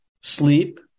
sleep